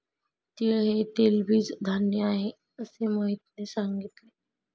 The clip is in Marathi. तीळ हे तेलबीज धान्य आहे, असे मोहितने सांगितले